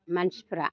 मानसिफ्रा